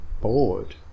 bored